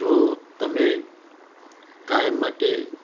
જો તમે કાયમ માટે